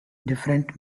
different